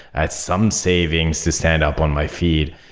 i had some savings to stand up on my feet.